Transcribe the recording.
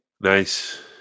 nice